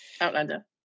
Outlander